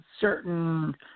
certain